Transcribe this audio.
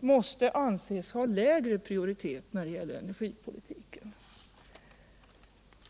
måste anses ha lägre prioritet när det gäller energipolitiken.